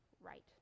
right